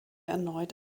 erneut